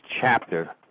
chapter